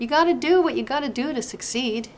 you gotta do what you gotta do to succeed